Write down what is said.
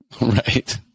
Right